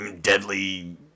deadly